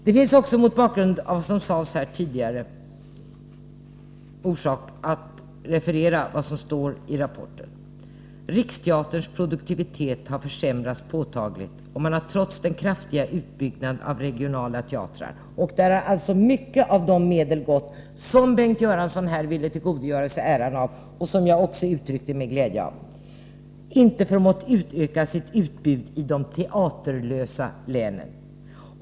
Det finns också, mot bakgrund av vad som sades här tidigare, orsak att referera vad som står i rapporten: ”Riksteaterns ”produktivitet” har försämrats påtagligt och man har trots den kraftiga utbyggnaden av regionala teatrar” — dit har alltså mycket av de medel gått som Bengt Göransson här ville tillgodogöra sig äran av och som jag uttryckte min glädje över — ”inte förmått utöka sitt utbud i de teaterlösa länen.